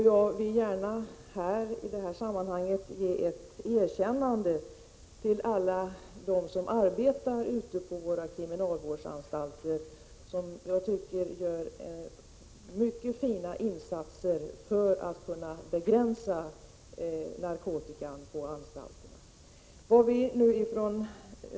Jag vill gärna i detta sammanhang ge ett erkännande till alla dem som arbetar på kriminalvårdsanstalterna och som gör mycket fina insatser för att begränsa narkotikan där.